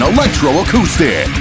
Electroacoustic